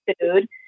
food